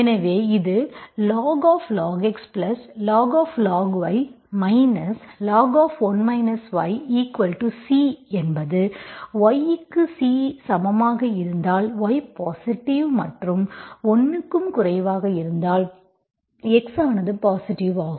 எனவே இதுlog x log y log⁡C என்பது y க்கு C க்கு சமமாக இருந்தால் y பாசிட்டிவ் மற்றும் 1 க்கும் குறைவாக இருந்தால் x ஆனது பாசிட்டிவ் ஆகும்